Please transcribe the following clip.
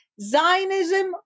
Zionism